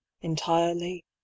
entirely